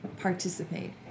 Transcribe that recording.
participate